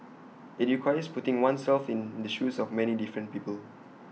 IT requires putting oneself in the shoes of many different people